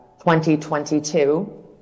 2022